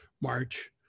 March